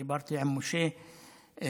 דיברתי עם משה המנכ"ל,